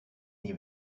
nie